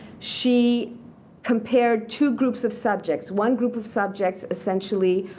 she compared two groups of subjects. one group of subjects, essentially,